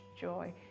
joy